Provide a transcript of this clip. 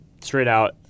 straight-out